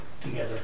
together